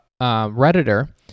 Redditor